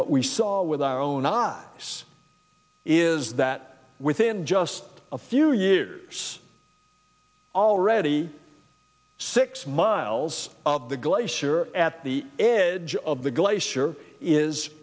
what we saw with our own ah this is that within just a few years already six miles of the glacier at the edge of the glacier is